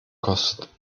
kostet